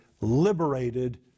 liberated